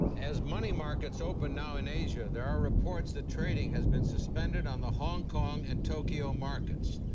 as money markets open now in asia there are reports that trading has been suspended on the hong kong and tokyo markets.